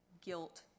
guilt